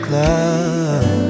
love